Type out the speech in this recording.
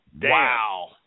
Wow